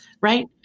Right